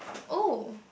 oh